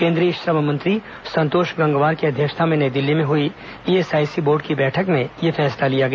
केंद्रीय श्रम मंत्री संतोष गंगवार की अध्यक्षता में नई दिल्ली में हुई ईएसआईसी बोर्ड की बैठक में यह फैसला लिया गया